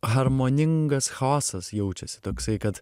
harmoningas chaosas jaučiasi toksai kad